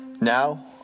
Now